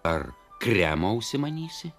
ar kremo užsimanysi